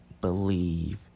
believe